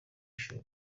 ishuri